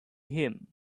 him